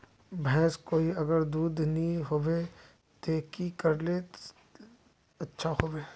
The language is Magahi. भैंस कोई अगर दूध नि होबे तो की करले ले अच्छा होवे?